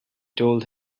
told